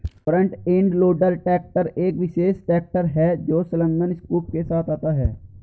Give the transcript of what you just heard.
front end loader tractor एक विशेष tractor है जो संलग्न स्कूप के साथ आता है